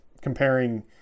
comparing